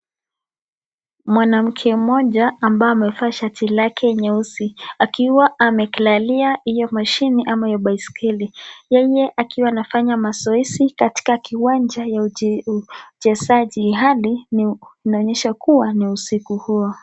Mwanamke mmoja ambaye amevaa shati lake nyeusi, akiwa amekilalia iyo mashini ama iyo baisikeli ,yenye akiwa anafanya mazoezi katika kiwanja ya uchezaji hadi inaonyesha kuwa ni usiku huyo.